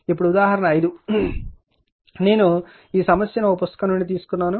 ఇప్పుడు ఉదాహరణ 5 నేను ఈ సమస్య ను ఒక పుస్తకం నుండి తీసుకున్నాను